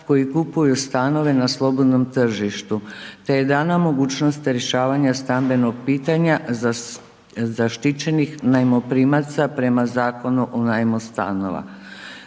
koji kupuju stanove na slobodnom tržištu te je dana mogućnost rješavanja stambenog pitanja za, zaštićenih najmoprimaca prema Zakonu o najmu stanova.